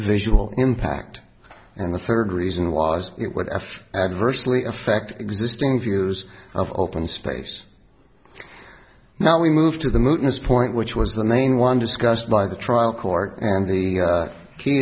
visual impact and the third reason was it would after adversely affect existing views of open space now we moved to the moodiness point which was the main one discussed by the trial court and the key